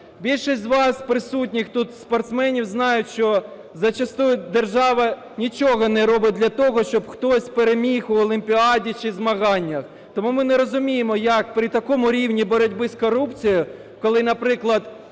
Більшість з вас присутніх тут спортсменів знають, що зачасту держава нічого не робить для того, щоб хтось переміг у олімпіаді чи змаганнях. Тому ми не розуміємо як при такому рівні боротьби з корупцією, коли, наприклад,